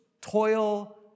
toil